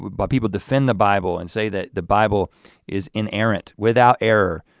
why people defend the bible and say that the bible is inerrant without error,